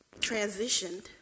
transitioned